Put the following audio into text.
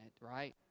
right